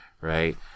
right